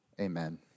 Amen